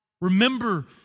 Remember